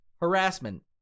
harassment